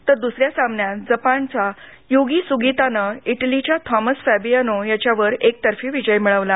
तर द्स या सामन्यात जपानचा युची सुगीतानं इटलीच्या थॉमस फीडियानो याच्यावर एकतर्फी विजय मिळवला